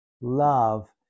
love